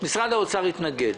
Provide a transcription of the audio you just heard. התנגד.